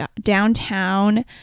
downtown